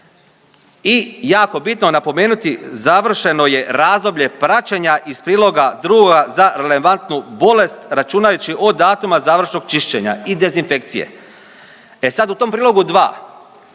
I jako bitno je napomenuti završeno je razdoblje praćenja iz priloga drugoga za relevantnu bolest računajući od datuma završnog čišćenja i dezinfekcije. E sad u tom prilogu dva